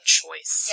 choice